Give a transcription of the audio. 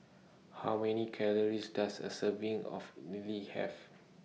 How Many Calories Does A Serving of Idly Have